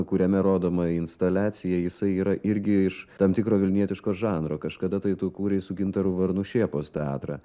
kuriame rodoma instaliacija jisai yra irgi iš tam tikro vilnietiško žanro kažkada tai tu kūrei su gintaru varnu šėpos teatrą